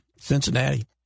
Cincinnati